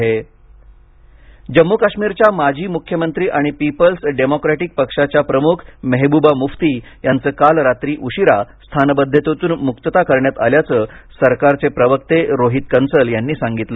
मेहबबा मफ्ती जम्मू काश्मीरच्या माजी मुख्यमंत्री आणि पीपल्स डेमोक्रॅटिक पक्षाच्या प्रमुख मेहबूबा मुफ्ती यांची काल रात्री उशिरा स्थानबद्धतेतून मुक्तता करण्यात आल्याचं सरकारचे प्रवक्ते रोहित कन्सल यांनी सांगितलं